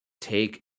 take